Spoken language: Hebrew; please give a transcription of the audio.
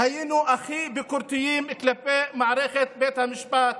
היינו הכי ביקורתיים כלפי מערכת בית המשפט,